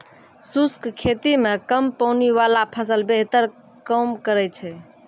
शुष्क खेती मे कम पानी वाला फसल बेहतर काम करै छै